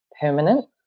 permanent